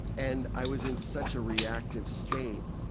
and i was in such a reactive state,